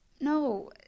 No